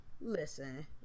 Listen